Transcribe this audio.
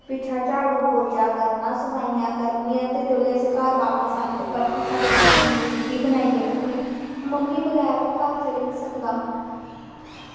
पिच्छुं झाड़ू पोंछा करना सफाइयां करनियां ते जेल्लै असें घर बापस जाना ते साढ़े आस्तै दूऐ दी रुट्टी बनाई रक्खनी मम्मी दे बगैर ते घर चली निं सकदा